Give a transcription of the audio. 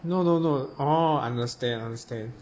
no no no orh understand understand